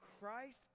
Christ